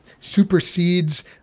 supersedes